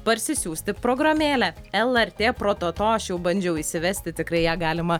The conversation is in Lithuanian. parsisiųsti programėlę lrt prototo aš jau bandžiau įsivesti tikrai ją galima